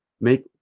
make